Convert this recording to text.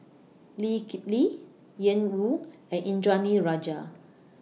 Lee Kip Lee Ian Woo and Indranee Rajah